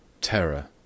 Terror